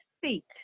feet